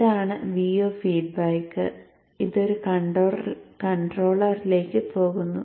ഇതാണ് Vo feedback ഇത് ഒരു കൺട്രോളറിലേക്ക് പോകുന്നു